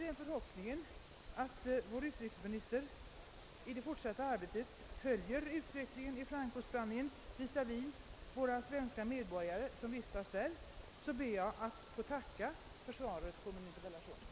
I förhoppningen att vår utrikesminister i det fortsatta arbetet skall följa utvecklingen i Francospanien i vad gäller våra svenska medborgare som vistas där ber jag att få tacka för svaret på min interpellation.